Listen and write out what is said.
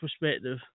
perspective